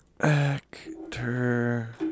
Actor